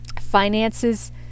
finances